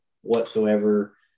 whatsoever